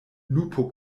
lupo